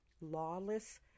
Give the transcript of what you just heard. Lawless